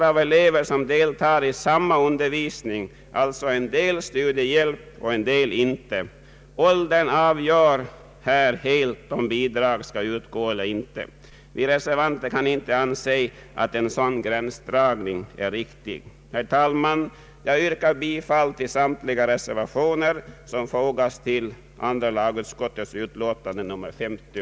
Av elever som deltar i samma undervisning får en del studiehjälp och en del inte. Åldern avgör här helt, om bidrag skall utgå eller ej. Vi reservanter anser, att en sådan gränsdragning inte är riktig. Herr talman! Jag yrkar bifall till samtliga reservationer som är fogade till andra lagutskottets utlåtande nr 50.